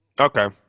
Okay